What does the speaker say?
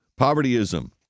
Povertyism